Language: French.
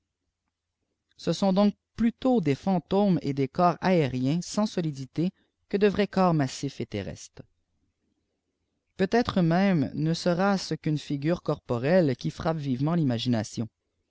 ce sont donc plutôt des fantômes et des corps aérîeiis sans solidité que de vrais corps maifs et terrestres peut-être même nie sera-ce qu'une figure corporelle qui frappe vivement l'imagination